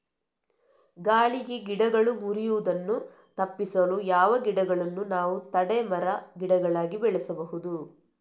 ಗಾಳಿಗೆ ಗಿಡಗಳು ಮುರಿಯುದನ್ನು ತಪಿಸಲು ಯಾವ ಗಿಡಗಳನ್ನು ನಾವು ತಡೆ ಮರ, ಗಿಡಗಳಾಗಿ ಬೆಳಸಬಹುದು?